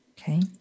Okay